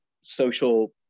Social